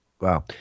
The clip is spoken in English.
Wow